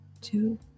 Two